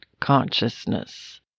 consciousness